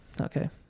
Okay